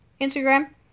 Instagram